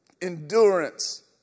endurance